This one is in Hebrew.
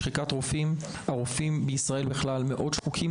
הרופאים בישראל מאוד שחוקים.